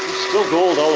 still gold all